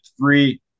three